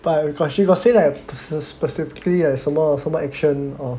but she got say like sp~ specifically like 什么什么 action or